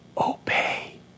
Obey